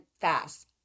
fast